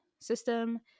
system